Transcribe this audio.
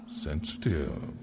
Sensitive